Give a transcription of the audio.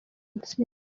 intsinzi